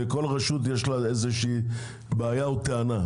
וכל רשות יש לה בעיה או טענה.